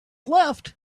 left